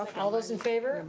all those in favor?